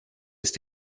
ist